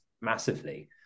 massively